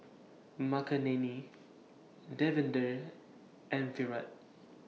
Makineni Davinder and Virat